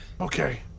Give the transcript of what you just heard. Okay